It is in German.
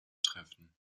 treffen